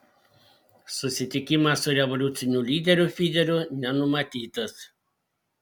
susitikimas su revoliuciniu lyderiu fideliu nenumatytas